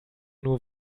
nur